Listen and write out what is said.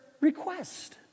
request